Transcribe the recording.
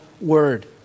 word